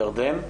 ירדן,